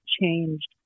changed